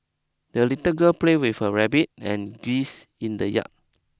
the little girl played with her rabbit and geese in the yard